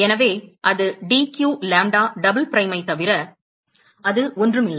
எனவே அது d q lambda double பிரைமை தவிர அது ஒன்றும் இல்லை